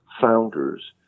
founders